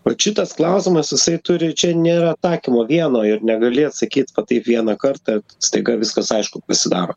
vat šitas klausimas jisai turi čia nėra atsakymo vieno ir negali atsakyt taip vieną kartą staiga viskas aišku pasidaro